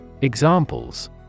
Examples